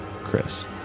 Chris